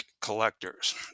collectors